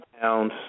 pounds